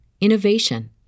innovation